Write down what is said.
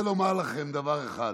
לומר לכם דבר אחד: